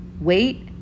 Wait